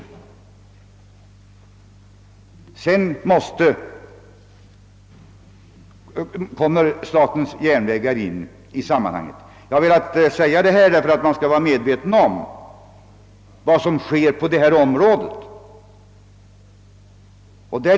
När det gäller längre sträckor kommer statens järnvägar in i bilden. Jag har velat säga detta därför att man skall vara medveten om vad som sker på iransportområdet.